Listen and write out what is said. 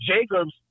Jacobs